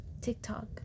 TikTok